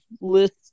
list